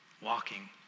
walking